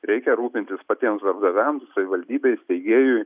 reikia rūpintis patiems darbdaviams savivaldybei steigėjui